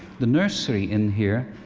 the nursery, in here,